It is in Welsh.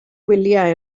wyliau